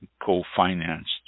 co-financed